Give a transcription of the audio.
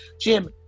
Jim